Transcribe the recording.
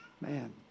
man